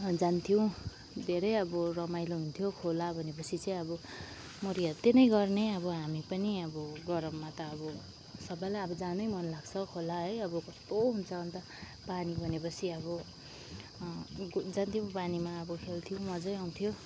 जान्थ्यौँ धेरै अब रमाइलो हुन्थ्यो खोला भनेपछि चाहिँ अब मरिहत्ते नै गर्ने अब हामी पनि अब गरममा त अब सबैलाई अब जानै मन लाग्छ खोला है कस्तो हुन्छ अन्त पानी भनेपछि अब जान्थ्यौँ पानीमा अब खेल्थ्यौँ मजै आउँथ्यो